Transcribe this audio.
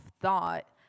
thought